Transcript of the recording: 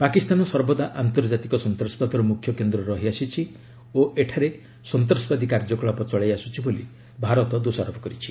ପାକିସ୍ତାନ ସର୍ବଦା ଆନ୍ତର୍ଜାତିକ ସନ୍ତାସବାଦର ମୁଖ୍ୟ କେନ୍ଦ୍ର ରହିଆସିଛି ଓ ଏଠାରେ ସନ୍ତାସବାଦୀ କାର୍ଯ୍ୟକଳାପ ଚଳାଇ ଆସୁଛି ବୋଲି ଭାରତ ଦୋଷାରୋପ କରିଛି